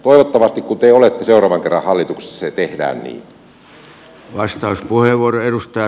toivottavasti kun te olette seuraavan kerran hallituksessa se tehdään niin